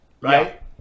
right